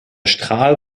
strahl